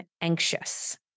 anxious